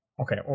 Okay